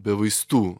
be vaistų